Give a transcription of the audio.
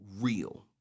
real